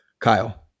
Kyle